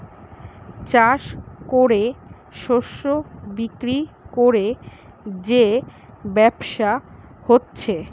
চাষ কোরে শস্য বিক্রি কোরে যে ব্যবসা হচ্ছে